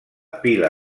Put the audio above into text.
pila